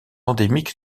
endémique